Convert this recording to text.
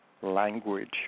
language